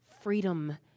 freedom